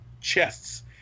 chests